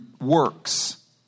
works